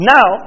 Now